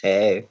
Hey